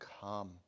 come